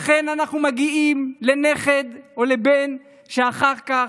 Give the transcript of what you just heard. לכן אנחנו מגיעים לנכד או לבן שאחר כך